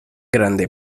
grande